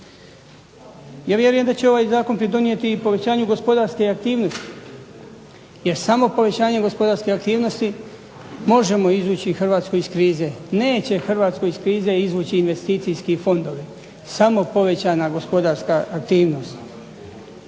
Ja vjerujem da će ovaj zakon pridonijeti i povećanju gospodarske aktivnosti, jer samo povećanjem gospodarske aktivnosti možemo izvući Hrvatsku iz krize. Neće Hrvatsku iz krize izvući investicijski fondovi, samo povećana gospodarska aktivnost.